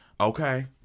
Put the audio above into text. Okay